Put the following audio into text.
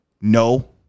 No